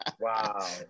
Wow